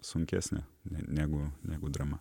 sunkesnė negu negu drama